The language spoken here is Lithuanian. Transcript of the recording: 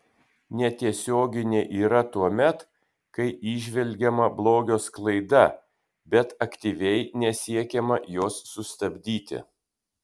netiesioginė yra tuomet kai įžvelgiama blogio sklaida bet aktyviai nesiekiama jos sustabdyti